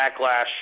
backlash